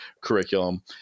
curriculum